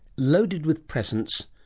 loaded with presents,